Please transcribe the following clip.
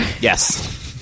Yes